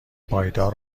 پایدار